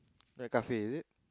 kafir is it